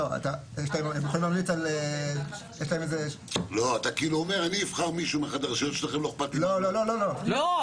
הם יכולים להמליץ על --- יש להם איזה --- לא,